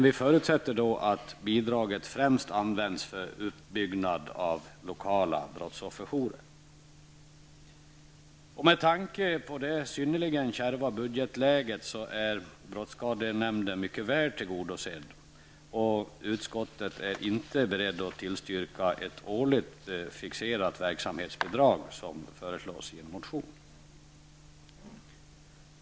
Vi förutsätter då att bidraget främst används för uppbyggnad av lokala brottsofferjourer. Med tanke på det synnerligen kärva budgetläget är brottsskadenämnden mycket väl tillgodosedd, och utskottet är inte berett att tillstyrka ett årligt fixerat verksamhetsbidrag, vilket föreslås i en motion.